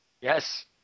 Yes